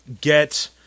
get